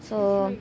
so